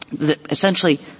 essentially